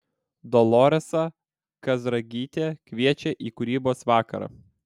doloresa kazragytė kviečia į kūrybos vakarą